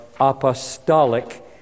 apostolic